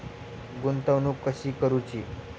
गुंतवणूक कशी करूची?